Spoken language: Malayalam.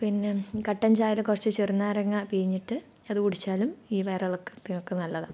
പിന്നെ കട്ടൻചായയിൽ കുറച്ച് ചെറുനാരങ്ങാ പിഴിഞ്ഞിട്ട് അത് കുടിച്ചാലും ഈ വയറിളക്കത്തിനുനൊക്കെ നല്ലതാണ്